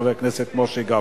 חבר הכנסת משה גפני.